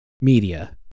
media